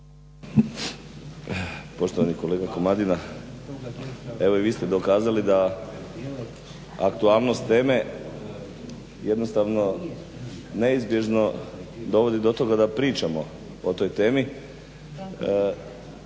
Poštovani kolega Komadina, evo i vi ste dokazali da aktualnost teme jednostavno neizbježno dovodi do toga da pričamo o toj temi